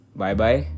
bye-bye